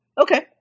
Okay